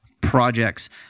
projects